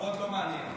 כבוד לא מעניין אותך.